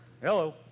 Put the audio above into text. Hello